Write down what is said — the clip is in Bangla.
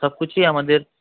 সবকিছুই আমাদের